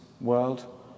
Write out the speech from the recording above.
world